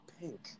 pink